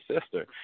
sister